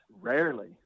rarely